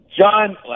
John